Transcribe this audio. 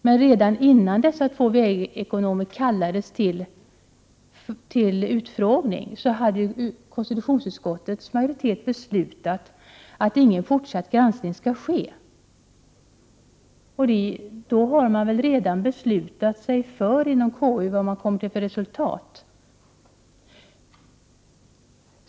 Men redan innan dessa vägekonomer kallades till utfrågning, hade konstitutionsutskottets majoritet beslutat att ingen fortsatt granskning skulle göras. KU hade alltså redan fattat beslut om sitt ställningstagande.